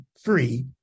free